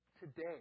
today